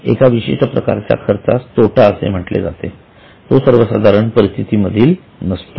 एका विशिष्ट प्रकारच्या खर्चास तोटा असे म्हटले जाते तो सर्वसाधारण परिस्थिती मधील नसतो